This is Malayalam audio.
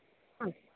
അ